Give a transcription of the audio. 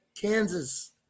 Kansas